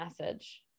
message